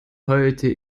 heute